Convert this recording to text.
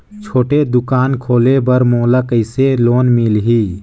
छोटे दुकान खोले बर मोला कइसे लोन मिलही?